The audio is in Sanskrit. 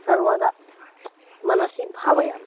सर्वदा मनसि भावयामि